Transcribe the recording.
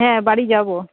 হ্যাঁ বাড়ি যাব